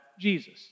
Jesus